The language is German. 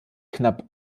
knapp